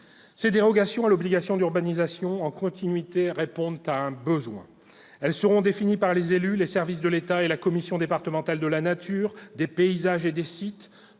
Ces dérogations à l'obligation d'urbanisation en continuité répondent à un besoin. Elles seront définies par les élus, les services de l'État et la commission départementale de la nature, des paysages et des sites